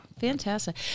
fantastic